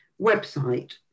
Website